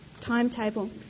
timetable